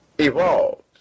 Evolved